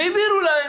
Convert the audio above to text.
והעבירו להם.